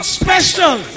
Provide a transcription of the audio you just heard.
special